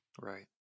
Right